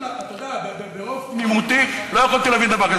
אתה יודע, ברוב תמימותי לא יכולתי להבין דבר כזה.